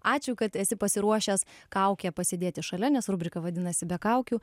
ačiū kad esi pasiruošęs kaukę pasėdėti šalia nes rubrika vadinasi be kaukių